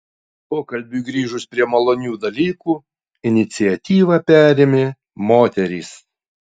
pokalbiui grįžus prie malonių dalykų iniciatyvą perėmė moterys